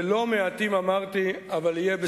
ללא-מעטים אמרתי: אבל יהיה בסדר,